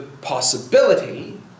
possibility